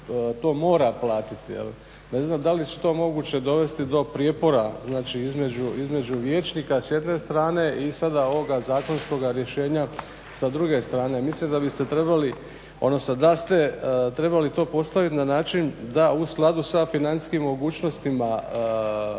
to mora platiti. Ne znam da li će to moguće dovesti do prijepora znači vijećnika s jedne strane i sada ovoga zakonskoga rješenja sa druge strane. Mislim da biste trebali odnosno da ste trebali to postaviti na način da u skladu sa financijskim mogućnostima